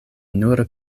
nur